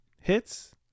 hits